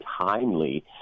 timely